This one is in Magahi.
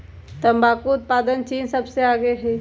तंबाकू उत्पादन में चीन सबसे आगे हई